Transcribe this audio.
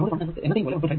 node 1 എന്നത്തേയും പോലെ 1